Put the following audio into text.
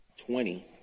Twenty